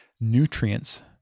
nutrients